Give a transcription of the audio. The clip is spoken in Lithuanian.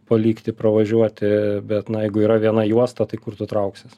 palikti pravažiuoti bet na jeigu yra viena juosta tai kur tu trauksies